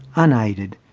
unaided,